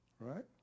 Right